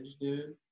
dude